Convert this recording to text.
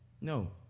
No